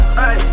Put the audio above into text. hey